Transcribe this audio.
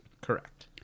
Correct